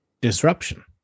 disruption